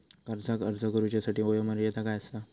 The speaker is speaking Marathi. कर्जाक अर्ज करुच्यासाठी वयोमर्यादा काय आसा?